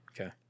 Okay